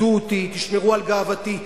תכבדו אותי, תשמרו על גאוותי.